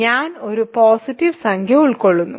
ഞാൻ ഒരു പോസിറ്റീവ് സംഖ്യ ഉൾക്കൊള്ളുന്നു